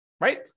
right